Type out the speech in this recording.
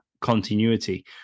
continuity